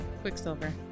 Quicksilver